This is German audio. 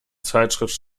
zeitschrift